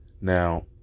Now